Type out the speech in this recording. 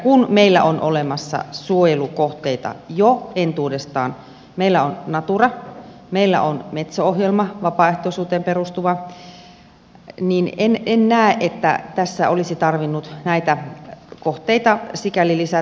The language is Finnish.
kun meillä on olemassa suojelukohteita jo entuudestaan meillä on natura meillä on metso ohjelma vapaaehtoisuuteen perustuva niin en näe että tässä olisi tarvinnut näitä kohteita sikäli lisätä